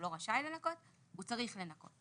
הוא לא רשאי לנכות, הוא צריך לנכות.